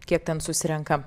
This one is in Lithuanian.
kiek ten susirenka